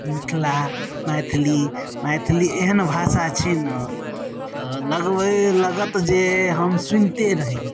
मिथिला मैथिली मैथिली एहन भाषा छी नऽ तऽ लगबय लगत जे हम सुनिते रही